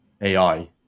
ai